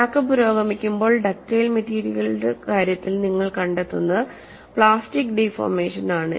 crack പുരോഗമിക്കുമ്പോൾ ductile മെറ്റീരിയലുകളുടെ കാര്യത്തിൽ നിങ്ങൾ കണ്ടെത്തുന്നത് പ്ലാസ്റ്റിക് ഡിഫോർമേഷൻ ആണ്